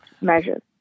measures